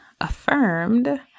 affirmed